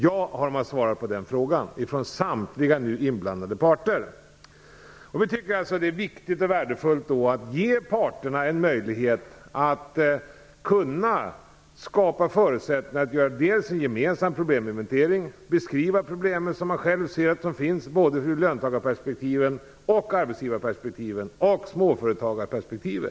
Samtliga nu inblandade parter har svarat ja på den frågan. Vi tycker alltså att det är viktigt och värdefullt att ge parterna en möjlighet att skapa förutsättningar för att dels göra en gemensam probleminventering, dels beskriva de problem som man själv ser, såväl ur löntagarperspektiv som ur arbetsgivarperspektiv och inte minst småföretagarperspektiv.